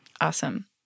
Awesome